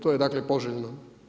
To je dakle poželjno.